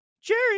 Jerry